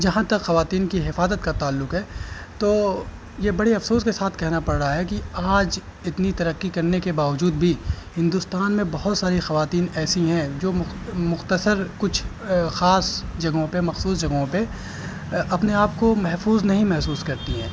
جہاں تک خواتین کی حفاظت کا تعلق ہے تو یہ بڑی افسوس کے ساتھ کہنا پڑ رہا ہے کہ آج اتنی ترقی کرنے کے باوجود بھی ہندوستان میں بہت ساری خواتین ایسی ہیں جو مختصر کچھ خاص جگہوں پہ مخصوص جگہوں پہ اپنے آپ کو محفوظ نہیں محسوس کرتی ہیں